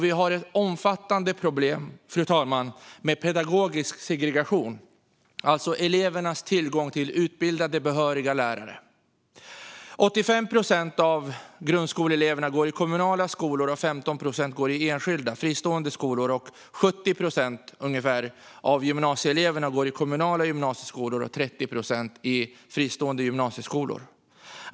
Vi har också omfattande problem med pedagogisk segregation, alltså elevernas tillgång till utbildade, behöriga lärare. Av grundskoleeleverna går 85 procent i kommunala skolor och 15 procent i enskilda, fristående skolor. Av gymnasieeleverna går ungefär 70 procent i kommunala gymnasieskolor och 30 procent i fristående gymnasieskolor.